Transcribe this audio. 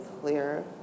clear